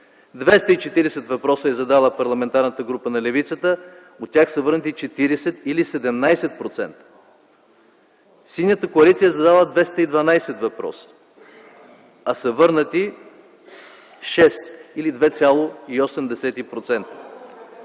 въпроса е задала парламентарната група на левицата, от тях са върнати 40 или 17%. Синята коалиция е задала 212 въпроса, а са върнати 6 или 2,8%.